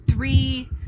three